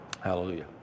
Hallelujah